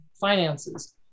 finances